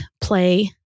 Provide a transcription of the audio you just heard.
play